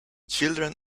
children